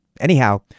Anyhow